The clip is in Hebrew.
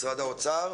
משרד האוצר.